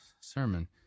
sermon